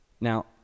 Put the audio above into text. Now